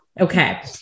Okay